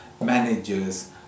managers